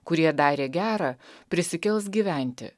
kurie darė gera prisikels gyventi